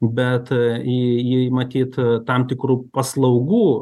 bet į jei matyt tam tikrų paslaugų